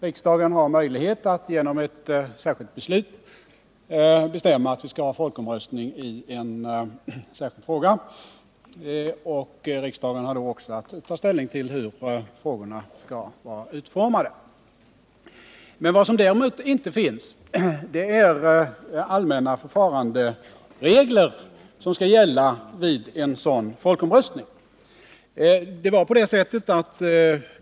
Riksdagen har möjlighet att genom ett särskilt beslut bestämma att vi skall ha folkomröstning i en viss fråga, och riksdagen har då också att ta ställning till hur en sådan skall utformas. Vad som däremot inte finns inskrivet i författningen är vilka allmänna förfaranderegler som skall gälla vid en folkomröstning.